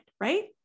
right